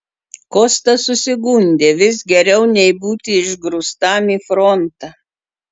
kostas susigundė vis geriau nei būti išgrūstam į frontą